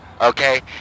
Okay